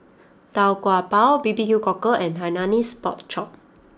Tau Kwa Pau Bbq Cockle and Hainanese Pork Chop